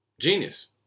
Genius